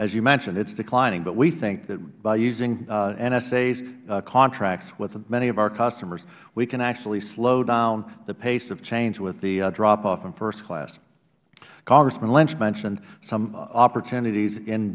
as you mentioned it is declining but we think that by using nsas contracts with many of our customers we can actually slow down the pace of change with the drop off in first class congressman lynch mentioned some opportunities in